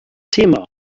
thema